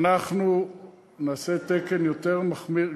אנחנו נעשה תקן יותר מחמיר.